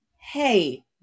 hey